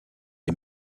est